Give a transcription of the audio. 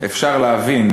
אפשר להבין,